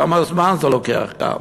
כמה זמן זה לוקח כאן.